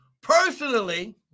personally